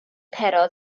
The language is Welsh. pero